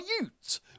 Utes